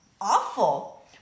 awful